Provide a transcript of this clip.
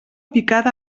picada